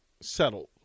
settled